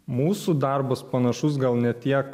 mūsų darbas panašus gal ne tiek